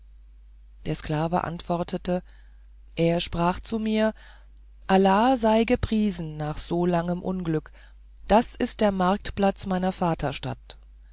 der sklave antwortete er sprach zu mir allah sei gepriesen nach so langem unglück das ist der marktplatz meiner